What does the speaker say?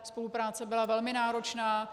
Spolupráce byla velmi náročná.